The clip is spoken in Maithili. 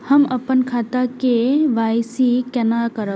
हम अपन खाता के के.वाई.सी केना करब?